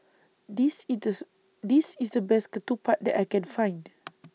This This IS The Best Ketupat that I Can Find